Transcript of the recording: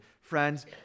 friends